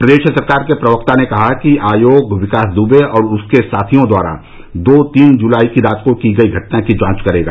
प्रदेश सरकार के प्रवक्ता ने कहा कि आयोग विकास दुबे और उसके साथियों द्वारा दो तीन जुलाई की रात को की गयी घटना की जांच करेगा